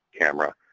camera